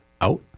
out